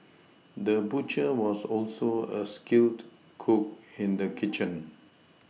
the butcher was also a skilled cook in the kitchen